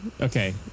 Okay